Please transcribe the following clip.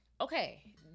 okay